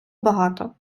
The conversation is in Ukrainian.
багато